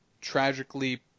tragically